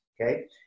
Okay